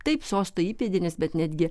taip sosto įpėdinis bet netgi